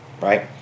right